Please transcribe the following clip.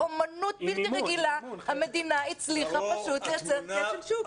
באמנות בלתי רגילה המדינה הצליחה פשוט לייצר כשל שוק.